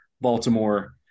Baltimore